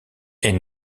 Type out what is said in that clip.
est